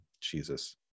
Jesus